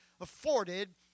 afforded